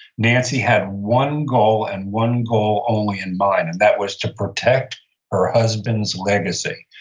nancy had one goal and one goal only in mind, and that was to protect her husband's legacy.